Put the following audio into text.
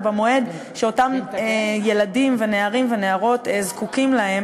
במועד שאותם ילדים ונערים ונערות זקוקים לה.